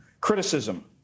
criticism